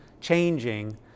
changing